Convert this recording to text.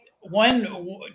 one